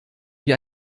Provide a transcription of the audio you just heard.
wie